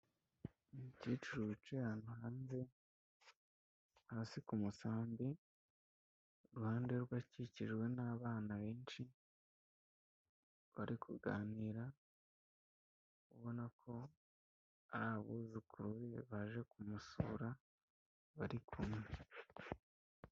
Umukecuru wicaye ahantu hanze hasi ku musambi, iruhande rwe akikijwe n'abana benshi bari kuganira ubona ko ari abuzukuru be baje kumusura bari kumwe.